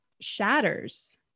shatters